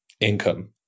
income